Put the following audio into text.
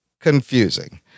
confusing